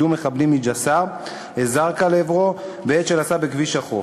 מחבלים מג'סר-א-זרקא לעברו בעת שנסע בכביש החוף,